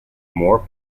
more